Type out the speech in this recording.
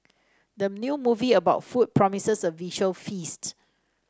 the new movie about food promises a visual feast